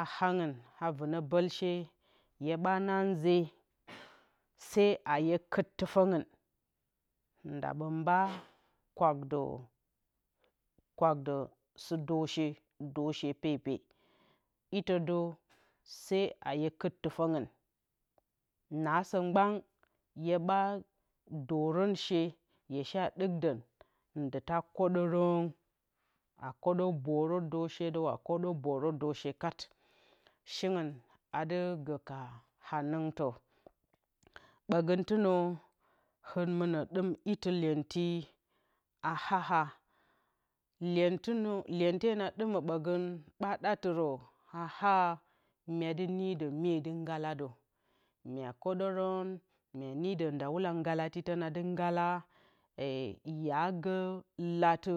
A hangɨn vɨnǝ bǝlshe hyeɓa na nze se a hye kut tɨfǝngɨn nda mba kwak dǝ kwak dǝ sɨ dǝrshe dǝrshe pepe itǝ dǝ se na hyelkut tɨfǝngɨn sǝ mgban hyeɓa dǝrǝnshe hye shee ɗukdǝn ndɨ ta kǝdǝrǝn kǝdǝ boro dǝrshedǝw kat shingɨn adɨ gǝ ka hanɨngtǝ ɓǝgǝntɨnǝ hɨn mɨnǝ ɗɨm iti lyenti a aha lyentɨnǝ lyente na ɗimǝ ɓǝgǝn a ɗatɨrǝ a ha mye dɨ nidǝ myedɨ ngaladǝ, mye kǝdǝrǝn mye nidǝ ndǝwule ngalatitɨna dɨ ngala, ye gǝ latɨ